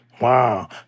Wow